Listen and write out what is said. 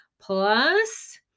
Plus